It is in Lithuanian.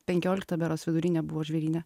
penkiolikta berods vidurinė buvo žvėryne